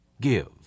give